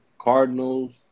Cardinals